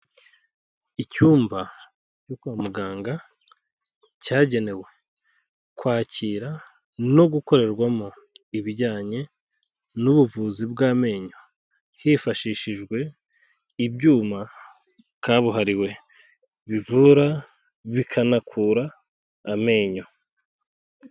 Icyumba cyo kwa muganga cyagenewe kwakira no gukorerwamo ibijyanye n'ubuvuzi bw'amenyo, hifashishijwe ibyuma kabuhariwe bivura bikanakura amenyo.